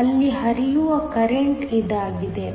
ಅಲ್ಲಿ ಹರಿಯುವ ಕರೆಂಟ್ ಇದಾಗಿದೆ